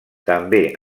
també